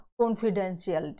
confidentiality